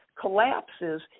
collapses